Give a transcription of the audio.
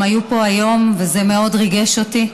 הם היו פה היום, וזה מאוד ריגש אותי,